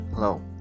Hello